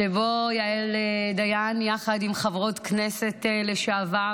שבו יעל דיין יחד עם חברות כנסת לשעבר